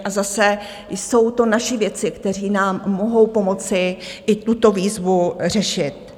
A zase jsou to naši vědci, kteří nám mohou pomoci i tuto výzvu řešit.